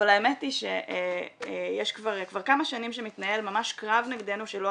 אבל האמת היא שכבר כמה שנים מתנהל ממש קרב נגדנו שלא